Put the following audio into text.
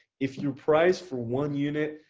if you price for one unit,